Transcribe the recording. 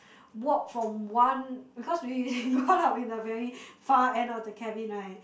walk from one because we go up in the very far end of the cabin right